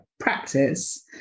practice